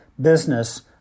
Business